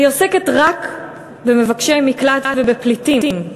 היא עוסקת רק במבקשי מקלט ובפליטים,